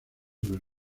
del